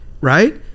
Right